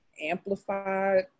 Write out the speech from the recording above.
amplified